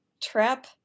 trap